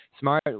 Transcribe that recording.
Smart